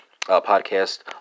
podcast